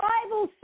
Bible